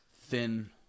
thin